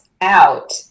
out